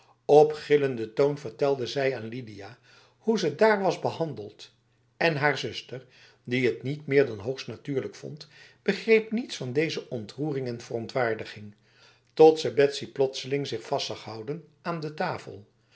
toon vertelde zij aan lidia hoe ze daar was behandeld en haar zuster die het niet meer dan hoogst natuurlijk vond begreep niets van deze ontroering en verontwaardiging tot ze betsy plotseling zich vast zag houden aan de tafel